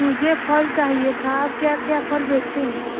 मुझे फल चाहिए था क्या क्या फल बेचते हैं